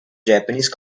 japanese